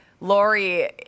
Lori